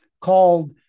called